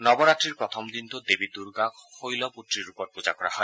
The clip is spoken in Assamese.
নৱৰাত্ৰিৰ প্ৰথম দিনটোত দেৱী দুৰ্গাক শৈল পুত্ৰীৰ ৰূপত পূজা কৰা হয়